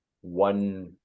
one